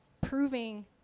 proving